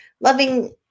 loving